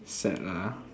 sad lah